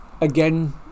Again